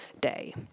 day